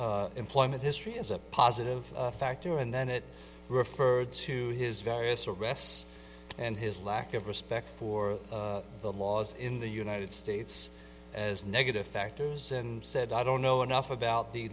s employment history as a positive factor and then it referred to his various arrests and his lack of respect for the laws in the united states as negative factors and said i don't know enough about the